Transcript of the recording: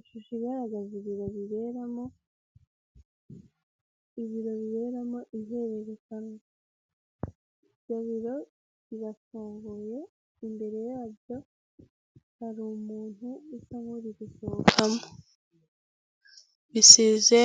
Ishusho igaragaza ibiro biberamo, ibiro biberamo ihererekanya, ibiro birafunguye imbere yabyo hari umuntu usa nuri gusohokamo biseze